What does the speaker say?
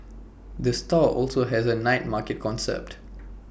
the store also has A night market concept